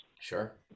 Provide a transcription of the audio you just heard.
Sure